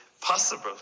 possible